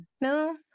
No